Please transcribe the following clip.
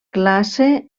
classe